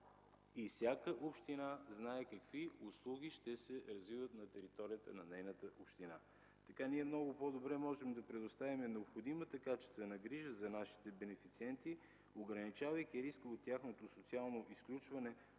и всяка община знае какви услуги ще се развиват на нейната територия. Така ние много по-добре можем да предоставяме необходимата качествена грижа за нашите бенефициенти, ограничавайки риска от тяхното социално изключване,